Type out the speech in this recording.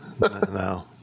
no